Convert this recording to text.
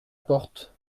porte